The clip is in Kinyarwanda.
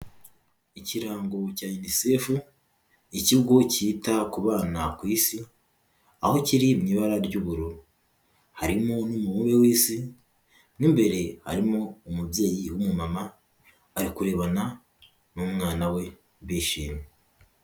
Ikirango cya inisefu ikigo cyita ku bana ku isi, aho kiri mu ibara ry'ubururu, harimo n'umubumbe w'isi, mo imbere harimo umubyeyi w'umumama, ari kurerebana n'umwana we bishimye.